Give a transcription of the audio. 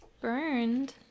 burned